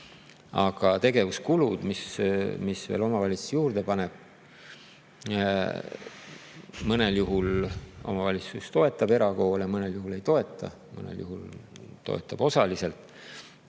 ka tegevuskulud, mille tõttu omavalitsus veel [raha] juurde paneb. Mõnel juhul omavalitsus toetab erakoole, mõnel juhul ei toeta, mõnel juhul toetab osaliselt.